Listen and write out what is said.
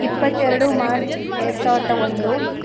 ಇಪ್ಪತ್ತೆರಡು ಮಾರ್ಚ್ ಎರಡು ಸಾವಿರದ ಒಂದು